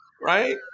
right